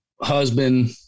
husband